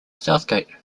southgate